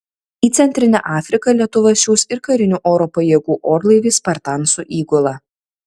į centrinę afriką lietuva siųs ir karinių oro pajėgų orlaivį spartan su įgula